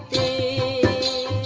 a